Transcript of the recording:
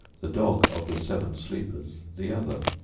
the dog of the seven sleepers the other.